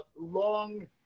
long